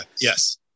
yes